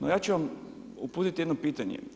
No, ja ću vam uputiti jedno pitanje.